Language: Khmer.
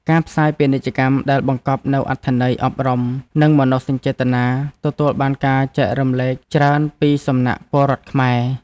ការផ្សាយពាណិជ្ជកម្មដែលបង្កប់នូវអត្ថន័យអប់រំ និងមនោសញ្ចេតនាទទួលបានការចែករំលែកច្រើនពីសំណាក់ពលរដ្ឋខ្មែរ។